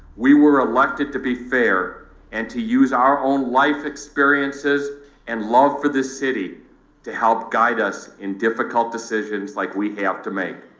we were elected to be fair and to use our own life experiences and love for this city to help guide us in difficult decisions like we have to make.